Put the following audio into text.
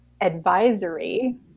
advisory